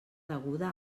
deguda